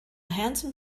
handsome